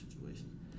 situation